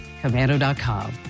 commando.com